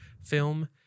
film